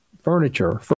furniture